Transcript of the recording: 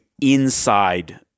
inside